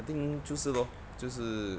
I think 就是咯就是